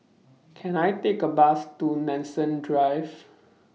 Can I Take A Bus to Nanson Drive